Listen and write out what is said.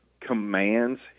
commands